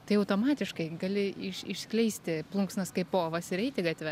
tai automatiškai gali iš išskleisti plunksnas kaip povas ir eiti gatve